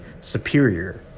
superior